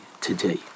today